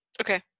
Okay